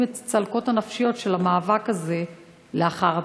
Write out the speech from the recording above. את הצלקות הנפשיות של המאבק הזה לאחר הפציעה.